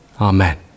Amen